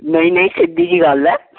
ਨਹੀਂ ਨਹੀਂ ਸਿੱਧੀ ਜਿਹੀ ਗੱਲ ਹੈ